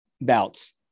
bouts